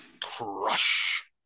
Crush